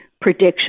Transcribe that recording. prediction